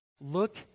Look